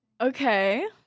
Okay